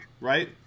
right